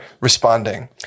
responding